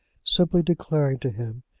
simply declaring to him,